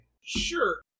Sure